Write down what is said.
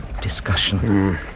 discussion